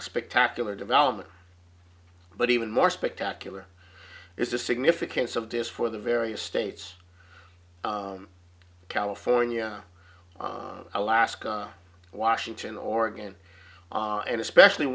spectacular development but even more spectacular is the significance of this for the various states california alaska washington oregon and especially